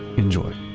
enjoy